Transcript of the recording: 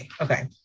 okay